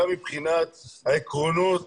גם מבחינת העקרונות